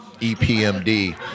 EPMD